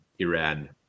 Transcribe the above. Iran